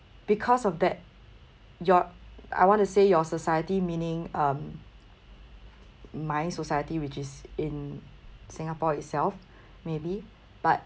because of that your I want to say your society meaning um my society which is in singapore itself maybe but